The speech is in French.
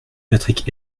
patrick